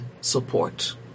support